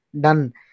done